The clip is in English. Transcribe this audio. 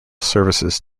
services